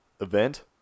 event